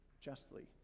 justly